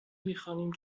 میخوانیم